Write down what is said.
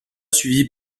suivi